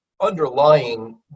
underlying